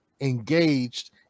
engaged